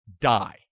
die